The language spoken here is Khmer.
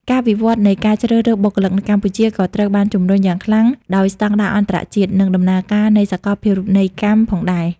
ការវិវត្តន៍នៃការជ្រើសរើសបុគ្គលិកនៅកម្ពុជាក៏ត្រូវបានជំរុញយ៉ាងខ្លាំងដោយស្តង់ដារអន្តរជាតិ និងដំណើរការនៃសាកលភាវូបនីយកម្មផងដែរ។